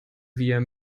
wir